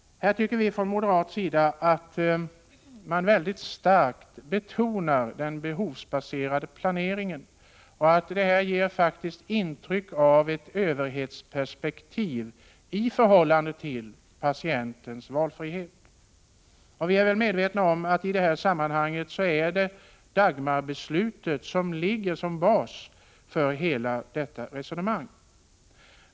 Här tycker vi från moderat sida att man mycket starkt betonar den behovsbaserade planeringen och att det faktiskt ger intryck av ett överhetsperspektiv i förhållande till patientens valfrihet. Vi är väl medvetna om att det är Dagmarbeslutet som ligger som bas för hela detta resonemang.